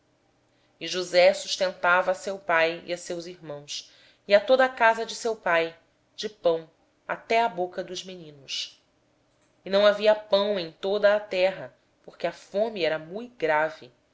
e josé sustentou de pão seu pai seus irmãos e toda a casa de seu pai segundo o número de seus filhos ora não havia pão em toda a terra porque a fome era mui grave